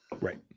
right